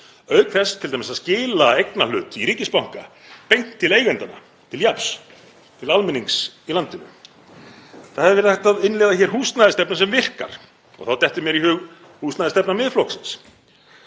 auk þess t.d. að skila eignarhlut í ríkisbanka beint til eigendanna til jafns, til almennings í landinu. Það hefði verið hægt að innleiða hér húsnæðisstefna sem virkar — þá dettur mér í hug húsnæðisstefna Miðflokksins